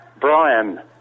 Brian